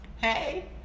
Hey